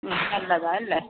മ്മ് നല്ലതാ അല്ലേ